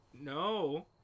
no